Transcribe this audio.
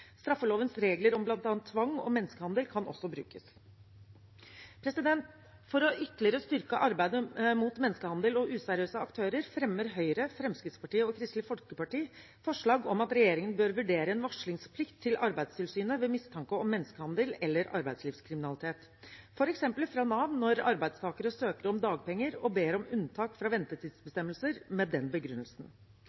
Straffelovens regler om bl.a. tvang og menneskehandel kan også brukes. For ytterligere å styrke arbeidet mot menneskehandel og useriøse aktører fremmer Høyre, Fremskrittspartiet og Kristelig Folkeparti forslag om at regjeringen bør vurdere en varslingsplikt til Arbeidstilsynet ved mistanke om menneskehandel eller arbeidslivskriminalitet, f.eks. fra Nav når arbeidstakere søker om dagpenger og ber om unntak fra